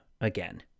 again